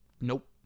Nope